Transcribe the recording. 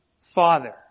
Father